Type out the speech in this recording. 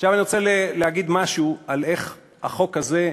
עכשיו אני רוצה להגיד משהו על איך החוק הזה,